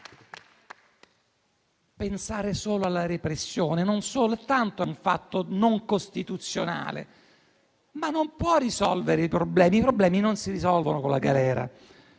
Pensare solo alla repressione non soltanto è un fatto non costituzionale, ma non può risolvere i problemi, che non si risolvono con la galera.